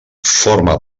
forma